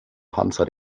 panzer